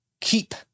keep